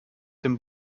dem